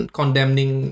condemning